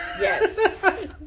Yes